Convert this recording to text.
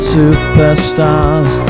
superstars